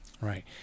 Right